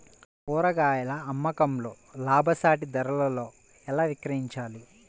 కూరగాయాల అమ్మకంలో లాభసాటి ధరలలో ఎలా విక్రయించాలి?